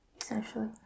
essentially